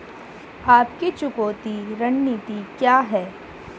आपकी चुकौती रणनीति क्या है?